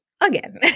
again